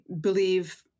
believe